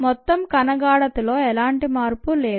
మొత్తం కణ గాఢతలో ఎలాంటి మార్పు లేదు